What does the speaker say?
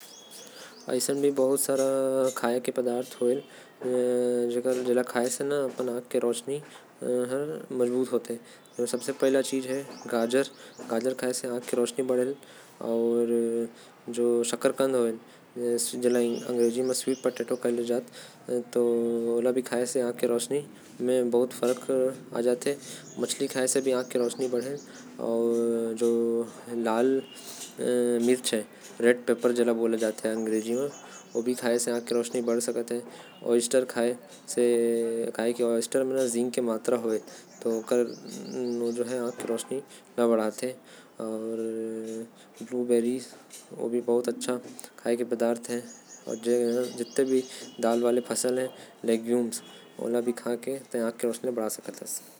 ऐसा बहुते सारा खाये के पदार्थ होथे। जेकर से आँख के रोशनी तेज होथे ओ होथे। गाजर, शकरकंद, मछली, लाल मिर्च, अउ। ओयस्टर खाये से आँख के रोशनी तेज होथे।